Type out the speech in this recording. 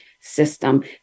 system